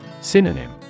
Synonym